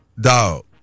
dog